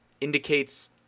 indicates